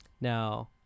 Now